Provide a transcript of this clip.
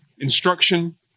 instruction